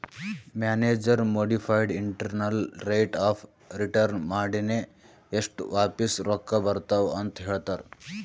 manager modified internal rate of return ಮಾಡಿನೆ ಎಸ್ಟ್ ವಾಪಿಸ್ ರೊಕ್ಕಾ ಬರ್ತಾವ್ ಅಂತ್ ಹೇಳ್ತಾರ್